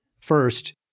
First